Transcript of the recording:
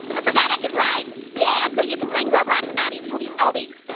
i forgot i can run, yeah, i'm so used to playing roblox obbies oobies obies.